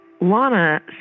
Lana